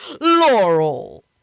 Laurel